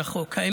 על החוק.